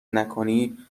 نکنی